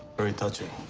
very touching.